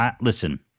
listen